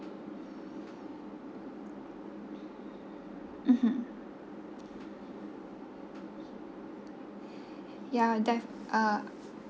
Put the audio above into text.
mmhmm ya def~ uh